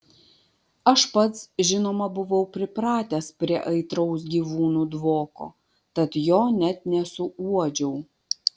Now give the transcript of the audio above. aš pats žinoma buvau pripratęs prie aitraus gyvūnų dvoko tad jo net nesuuodžiau